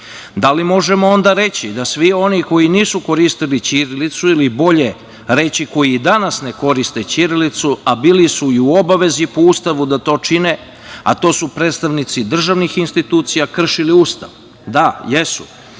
Da li možemo onda reći da svi oni koji nisu koristili ćirilicu i bolje reći koji danas ne koriste ćirilicu, a bili su i u obavezi po Ustavu da to čine, a to su predstavnici državnih institucija, kršili Ustav? Da, jesu.